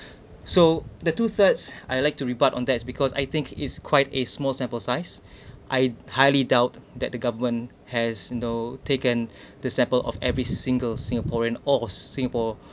so the two thirds I like to rebut on that because I think is quite a small sample size I highly doubt that the government has you know taken the sample of every single singaporean or singapore